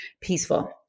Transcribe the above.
peaceful